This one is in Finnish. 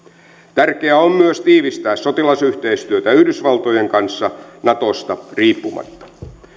tärkeää on myös tiivistää sotilasyhteistyötä yhdysvaltojen kanssa natosta riippumatta